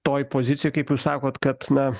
toj pozicijoj kaip jūs sakot kad na